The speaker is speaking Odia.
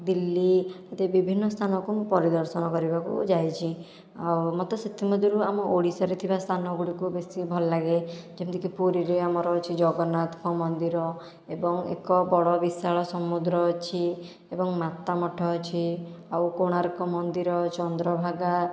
ଦିଲ୍ଲୀ ଏମିତି ବିଭିନ୍ନ ସ୍ଥାନକୁ ମୁଁ ପରିଦର୍ଶନ କରିବାକୁ ଯାଇଛି ଆଉ ମୋତେ ସେଥି ମଧ୍ୟରୁ ଆମ ଓଡ଼ିଶାରେ ଥିବା ସ୍ଥାନ ଗୁଡ଼ିକୁ ବେଶି ଭଲ ଲାଗେ ଯେମତିକି ପୁରୀରେ ଆମର ଅଛି ଜଗନ୍ନାଥଙ୍କ ମନ୍ଦିର ଏବଂ ଏକ ବଡ଼ ବିଶାଳ ସମୁଦ୍ର ଅଛି ଏବଂ ମାତାମଠ ଅଛି ଆଉ କୋଣାର୍କ ମନ୍ଦିର ଚନ୍ଦ୍ରଭାଗା